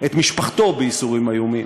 את משפחתו בייסורים איומים,